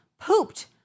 pooped